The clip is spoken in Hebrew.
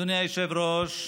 אדוני היושב-ראש,